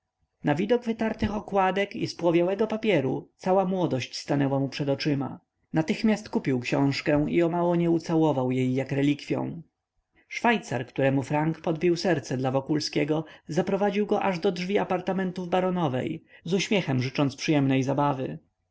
na widok wytartych okładek i spłowiałego papieru cała młodość stanęła mu przed oczyma natychmiast kupił książkę i omało nie ucałował jej jak relikwią szwajcar któremu frank podbił serce dla wokulskiego zaprowadził go aż do drzwi apartamentów baronowej z uśmiechem życząc przyjemnej zabawy